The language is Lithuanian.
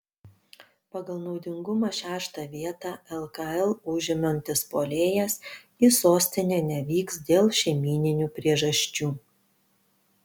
pagal naudingumą šeštą vietą lkl užimantis puolėjas į sostinę nevyks dėl šeimyninių priežasčių